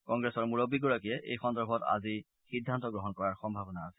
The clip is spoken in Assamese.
কংগ্লেছৰ মূৰববীগৰাকীয়ে এই সন্দৰ্ভত আজি সিদ্ধান্ত গ্ৰহণ কৰাৰ সম্ভাৱনা আছে